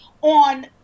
on